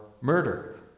murder